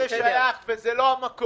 זה לא שייך וזה לא המקום.